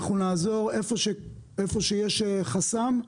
ונעזור איפה שיש חסם.